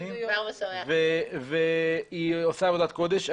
היא עושה עבודת קודש.